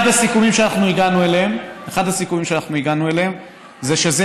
אחד הסיכומים שאנחנו הגענו אליהם הוא שזה